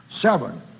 Seven